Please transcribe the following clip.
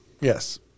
Yes